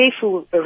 careful